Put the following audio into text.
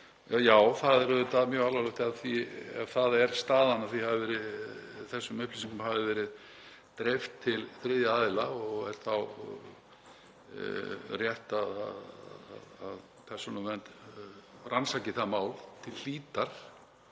Já, það er auðvitað mjög alvarlegt ef það er staðan að þessum upplýsingum hafi verið dreift til þriðja aðila. Það er þá rétt að Persónuvernd rannsaki það mál til hlítar,